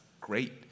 great